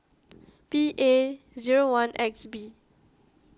P A zero one X B